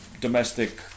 domestic